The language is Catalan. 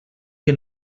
que